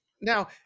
Now